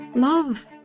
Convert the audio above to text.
Love